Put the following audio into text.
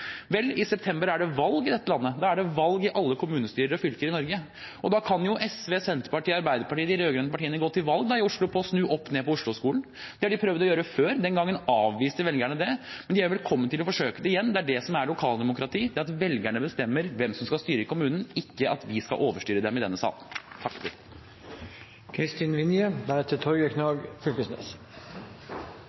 Vel, i september er det valg i dette landet. Da er det valg i alle kommunestyrer og fylker i Norge, og da kan jo SV, Senterpartiet og Arbeiderpartiet – de rød-grønne partiene – gå til valg på å snu opp ned på Oslo-skolen. Det har de prøvd å gjøre før, den gangen avviste velgerne det, men de er velkommen til å forsøke det igjen. Det er det som er lokaldemokrati – det at velgerne bestemmer hvem